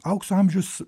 aukso amžius